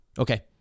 Okay